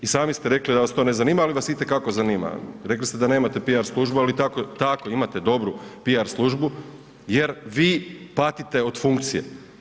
I sami ste rekli da vas to ne zanima, ali vas i te kako zanima, rekli ste da nema PR službu, ali tako imate dobru PR službu jer vi patite o funkcije.